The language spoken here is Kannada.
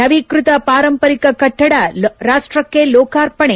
ನವೀಕೃತ ಪಾರಂಪರಿಕ ಕಟ್ಟಡ ರಾಷ್ಪಕ್ಕೆ ರೋಕಾರ್ಪಣೆ